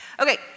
Okay